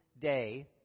day